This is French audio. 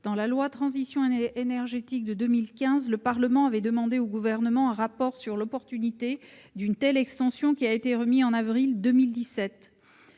pour la transition énergétique, en 2015, le Parlement avait demandé au Gouvernement un rapport sur l'opportunité d'une telle extension. Remis en avril 2017,